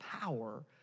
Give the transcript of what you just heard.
power